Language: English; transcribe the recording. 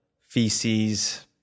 feces